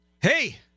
hey